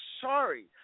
sorry